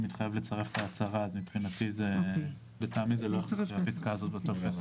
כבר שם הוא מתחייב לצרף את ההצהרה אז לטעמי הפסקה הזאת לא תופסת.